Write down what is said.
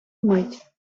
мить